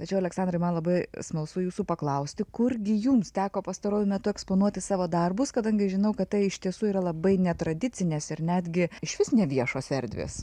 tačiau aleksandrai man labai smalsu jūsų paklausti kurgi jums teko pastaruoju metu eksponuoti savo darbus kadangi žinau kad tai iš tiesų yra labai netradicinės ir netgi išvis ne viešos erdvės